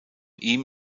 ihm